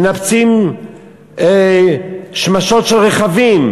מנפצים שמשות של רכבים